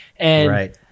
Right